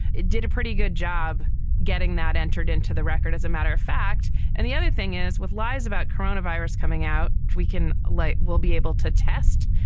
it did a pretty good job getting that entered into the record, as a matter of fact. and the other thing is, with lies about coronavirus coming out, we can like we'll be able to test,